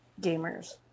gamers